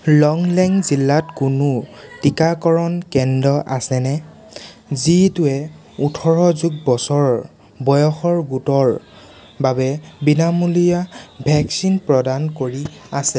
লংলেং জিলাত কোনো টীকাকৰণ কেন্দ্ৰ আছেনে যিটোৱে ওঠৰ যোগ বছৰ বয়সৰ গোটৰ বাবে বিনামূলীয়া ভেকচিন প্ৰদান কৰি আছে